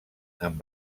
amb